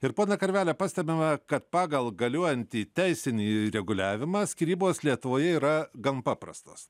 ir ponia karvele pastebima kad pagal galiojantį teisinį reguliavimą skyrybos lietuvoje yra gan paprastos